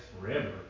forever